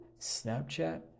Snapchat